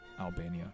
Albania